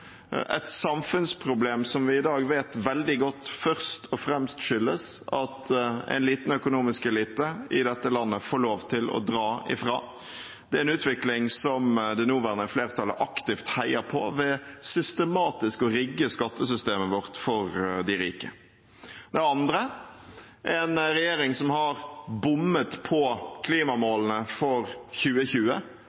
et samfunnsproblem som vi i dag vet veldig godt først og fremst skyldes at en liten økonomisk elite i dette landet får lov til å dra fra. Det er en utvikling som det nåværende flertallet aktivt heier på ved systematisk å rigge skattesystemet vårt for de rike. For det andre er det en regjering som har bommet på